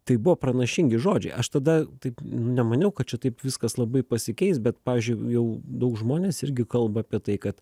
tai buvo pranašingi žodžiai aš tada taip nemaniau kad šitaip viskas labai pasikeis bet pavyzdžiui jau daug žmonės irgi kalba apie tai kad